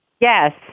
Yes